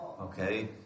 okay